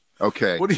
Okay